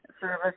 service